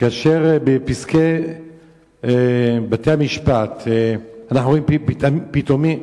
כאשר בפסקי בתי-המשפט אנחנו רואים באופן פתאומי,